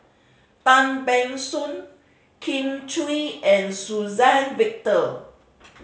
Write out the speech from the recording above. Tan Ban Soon Kin Chui and Suzann Victor